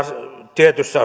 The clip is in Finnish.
tietyssä